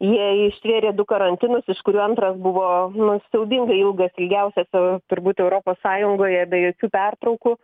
jie ištvėrė du karantinus iš kurių antras buvo nu siaubingai ilgas ilgiausias turbūt europos sąjungoje be jokių pertraukų